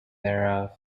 thereof